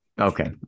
Okay